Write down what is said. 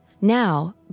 Now